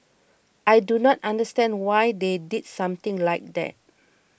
I do not understand why they did something like that